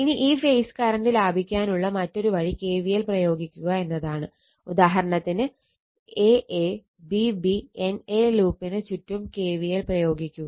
ഇനി ഈ phase current ലഭിക്കാനുള്ള മറ്റൊരു വഴി KVL പ്രയോഗിക്കുക എന്നതാണ് ഉദാഹരണത്തിന് aA bB na ലൂപ്പിന് ചുറ്റും KVL പ്രയോഗിക്കുക